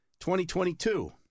2022